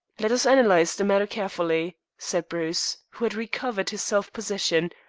let us analyze the matter carefully, said bruce, who had recovered his self-possession,